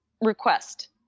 request